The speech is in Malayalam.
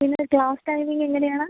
പിന്നെ ക്ലാസ്സ് ടൈമിംഗ് എങ്ങനെയാണ്